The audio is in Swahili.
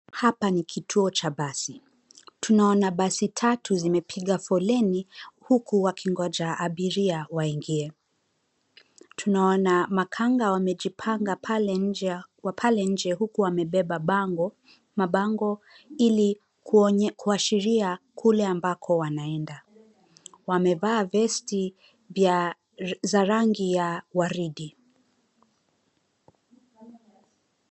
Hapa ni kituo cha basi. Tunaona basi tatu zimepiga foleni huku wakingoja abiria waingie. Tunaona makanga wamejipanga wa pale nje huku wamebeba mabango ili kuashiria kule ambako wanaenda. Wamevaa vesti za rangi ya waridi.